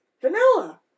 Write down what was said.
Vanilla